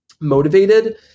motivated